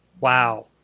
wow